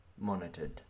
monitored